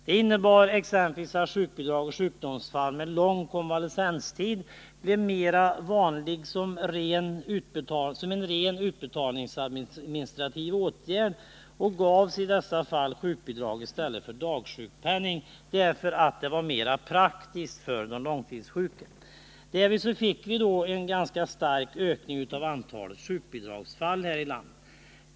Detta innebar exempelvis att sjukbidrag vid sjukdomsfall med lång konvalescenstid blev mera vanligt som en ren utbetalningsadministrativ åtgärd. I dessa fall gavs sjukbidrag i stället för dagsjukpenning, därför att det var mera praktiskt för de långtidssjuka. Som en följd härav fick vi här i landet en ganska stark ökning av antalet sjukbidragsfall.